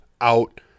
out